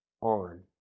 on